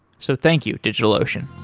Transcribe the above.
so thank you, digitalocean.